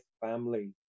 family